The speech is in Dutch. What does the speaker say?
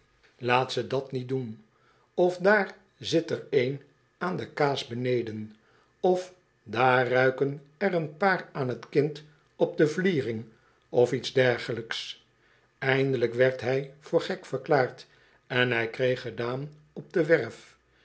laat ze dat niet doen of daar zit er een aan de kaas beneden of daar ruiken er een paar aan t kind op de vliering of iets dergelijks eindelijk werd hij voor gek verklaard en hij kreeg gedaan op de werf